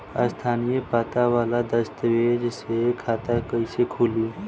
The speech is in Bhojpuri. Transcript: स्थायी पता वाला दस्तावेज़ से खाता कैसे खुली?